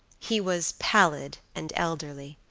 he was pallid and elderly.